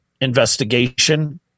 investigation